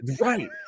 Right